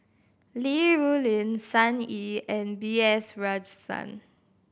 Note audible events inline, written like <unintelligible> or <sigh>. Li Rulin Sun Yee and B S <unintelligible>